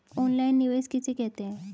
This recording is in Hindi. ऑनलाइन निवेश किसे कहते हैं?